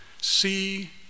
See